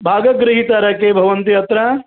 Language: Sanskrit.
भागगृहीतारं के भवन्ति अत्र